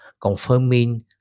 confirming